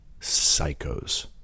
psychos